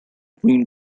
green